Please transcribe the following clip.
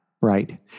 Right